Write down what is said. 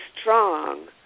strong